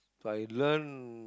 but I learn